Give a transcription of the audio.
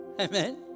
Amen